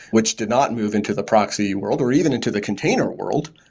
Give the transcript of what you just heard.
which did not move into the proxy world or even into the container world.